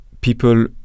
people